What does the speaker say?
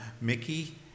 Mickey